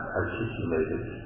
articulated